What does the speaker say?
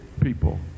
people